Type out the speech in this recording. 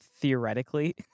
theoretically